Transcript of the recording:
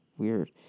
weird